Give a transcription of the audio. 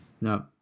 no